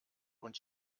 und